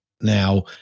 Now